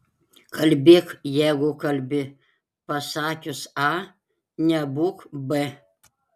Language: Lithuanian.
kalbėk jeigu kalbi pasakius a nebūk b